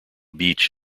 beach